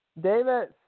Davis